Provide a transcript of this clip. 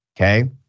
okay